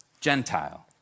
Gentile